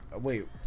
wait